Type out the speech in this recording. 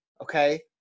Okay